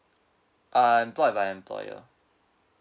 uh I'm employed by employer